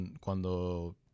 cuando